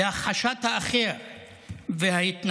על הכחשת האחר וההתנגדות